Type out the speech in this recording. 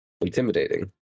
intimidating